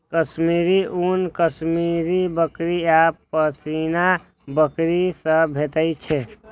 कश्मीरी ऊन कश्मीरी बकरी आ पश्मीना बकरी सं भेटै छै